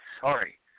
sorry